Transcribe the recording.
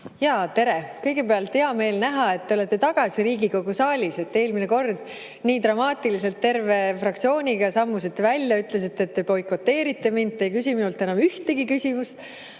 Jaa, tere! Kõigepealt on hea meel näha, et te olete tagasi Riigikogu saalis. Eelmine kord nii dramaatiliselt terve fraktsiooniga sammusite välja, ütlesite, et te boikoteerite mind, te ei küsi minult enam ühtegi küsimust.